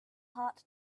heart